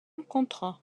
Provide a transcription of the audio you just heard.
contrat